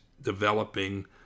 developing